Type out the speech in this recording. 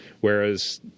Whereas